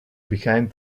behind